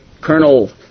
Colonel